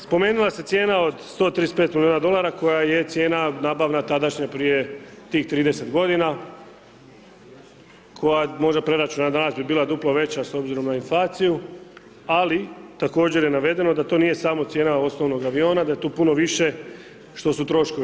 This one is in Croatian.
Spomenula se cijena od 135 milijuna dolara koja je cijena nabavna tadašnja prije tih 30 godina koja možda preračunata danas bi bila duplo veća s obzirom na inflaciju ali također je navedeno da to nije samo cijena osnovnog aviona, da je tu puno više što su troškovi.